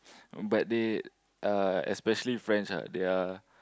but they uh especially French ah they are